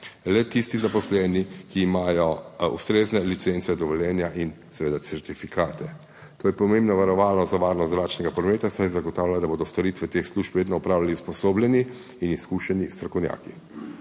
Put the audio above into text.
le tisti zaposleni, ki imajo ustrezne licence, dovoljenja in seveda certifikate. To je pomembno varovalo za varnost zračnega prometa, saj zagotavlja, da bodo storitve teh služb vedno opravljali usposobljeni in izkušeni strokovnjaki.